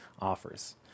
offers